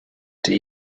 dia